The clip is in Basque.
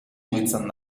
mugitzen